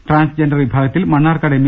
transgender വിഭാ ഗത്തിൽ Mannarkkad M